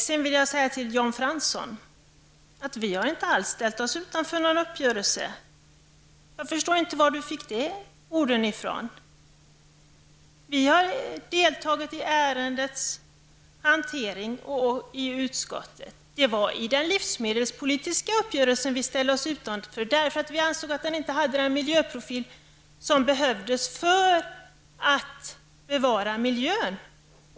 Sedan vill jag säga till Jan Fransson att vi inte alls har ställt oss utanför någon uppgörelse. Jag förstår inte var Jan Fransson fick de orden ifrån. Vi har deltagit i ärendets hantering i utskottet. Det var i den livsmedelspolitiska uppgörelsen vi ställde oss utanför, eftersom vi ansåg att den inte hade den miljöprofil som behövdes för att bevara miljön.